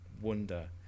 wonder